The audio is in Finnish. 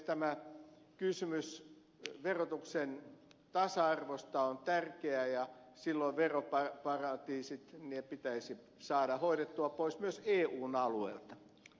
tämä kysymys verotuksen tasa arvosta on tärkeä ja silloin veroparatiisit pitäisi saada hoidettua pois myös eun alueelta